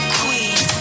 queen